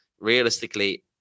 realistically